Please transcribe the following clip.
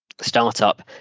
startup